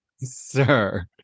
Sir